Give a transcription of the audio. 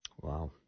Wow